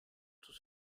tout